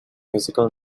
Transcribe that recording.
musical